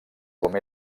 com